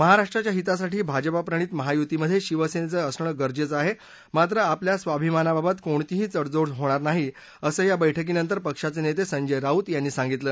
महाराष्ट्राच्या हितासाठी भाजपा प्रणीत महायुतीमध्ये शिवसेनेचं असणं गरजेचं आहे मात्र आपल्या स्वाभिमानाबाबत कोणतीही तडजोड होणार नाही असं या बस्कीनंतर पक्षाचे नेते संजय राऊत यांनी सांगितलं